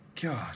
God